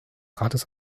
rates